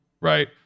right